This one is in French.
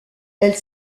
elle